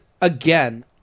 again